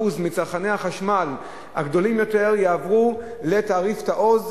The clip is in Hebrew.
מצרכני החשמל הגדולים יותר לתעריף תעו"ז,